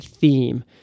theme